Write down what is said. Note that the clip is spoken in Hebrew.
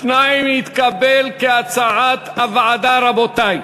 2 התקבל כהצעת הוועדה, רבותי.